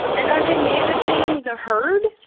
and are they managing the herd?